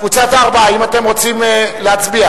קבוצת הארבעה, האם אתם רוצים להצביע?